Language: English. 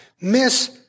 miss